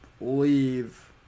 leave